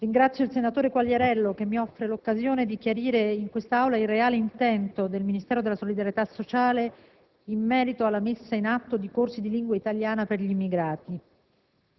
ringrazio il senatore Quagliariello che mi offre l'occasione di chiarire in quest'Aula il reale intento del Ministero della solidarietà sociale in merito alla messa in atto di corsi di lingua italiana per gli immigrati.